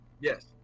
yes